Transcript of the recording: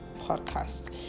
podcast